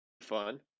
fun